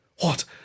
What